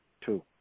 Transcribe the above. Two